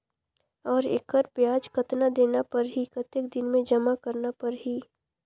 और एकर ब्याज कतना देना परही कतेक दिन मे जमा करना परही??